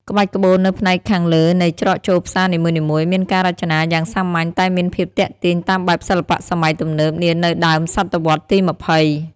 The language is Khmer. ក្បាច់ក្បូរនៅផ្នែកខាងលើនៃច្រកចូលផ្សារនីមួយៗ មានការរចនាយ៉ាងសាមញ្ញតែមានភាពទាក់ទាញតាមបែបសិល្បៈសម័យទំនើបនានៅដើមសតវត្សរ៍ទី ២០។